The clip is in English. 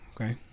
Okay